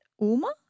uma